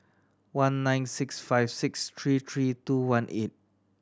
one nine six five six three three two one eight